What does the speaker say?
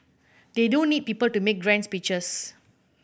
they don't need people to make grand speeches